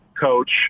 coach